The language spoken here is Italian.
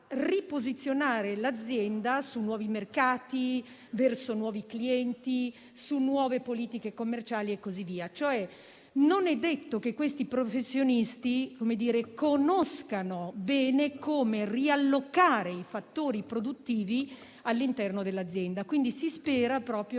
riposizionare l'azienda su nuovi mercati, verso nuovi clienti, su nuove politiche commerciali e così via. Non è detto, cioè, che questi professionisti sappiano bene come riallocare i fattori produttivi all'interno dell'azienda. Quindi, si spera proprio